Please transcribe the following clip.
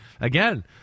again